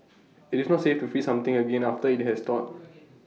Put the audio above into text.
IT is not safe to freeze something again after IT has thawed